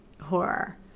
horror